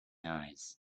eyes